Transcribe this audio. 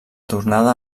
tornada